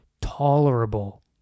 Tolerable